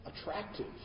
attractive